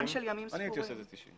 אני הייתי אומר 90 ימים.